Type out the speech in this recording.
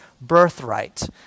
birthright